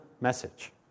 message